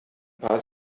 paar